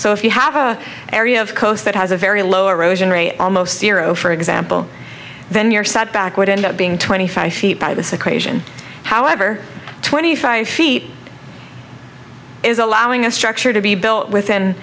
so if you have a area of coast that has a very low erosion rate almost zero for example then your setback would end up being twenty five feet by this equation however twenty five feet is allowing a structure to be built within